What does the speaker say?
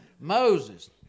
Moses